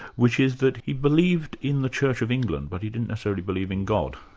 which is that he believed in the church of england but he didn't necessarily believe in god.